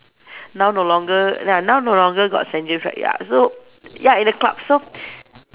now no longer ya now no longer got Saint James right ya so ya in the club so